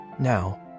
now